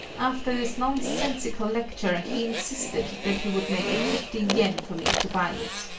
after this nonsensical lecture, he insisted that he would make it fifteen yen for me to buy it.